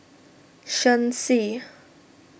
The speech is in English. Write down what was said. Shen Xi